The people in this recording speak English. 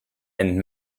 and